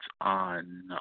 on